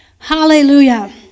Hallelujah